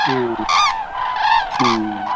Om Om